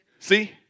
See